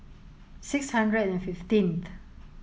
six hundred and fifteenth